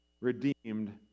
redeemed